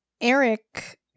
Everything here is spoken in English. eric